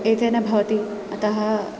एतेन भवति अतः